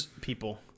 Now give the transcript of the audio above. people